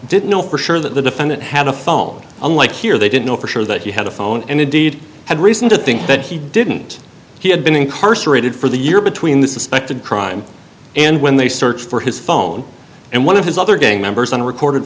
didn't know for sure that the defendant had a phone unlike here they didn't know for sure that he had a phone and indeed had reason to think that he didn't he had been incarcerated for the year between the suspected crime and when they searched for his phone and one of his other gang members on a recorded